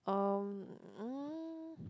um um